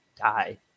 die